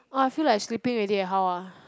oh I feel like sleeping already how ah